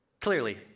Clearly